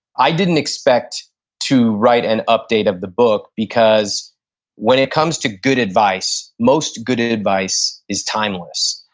i didn't expect to write an update of the book because when it comes to good advice, most good advice is timeless.